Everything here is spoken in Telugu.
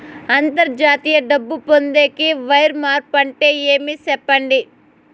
అంతర్జాతీయ డబ్బు పొందేకి, వైర్ మార్పు అంటే ఏమి? సెప్పండి?